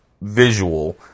visual